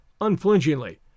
unflinchingly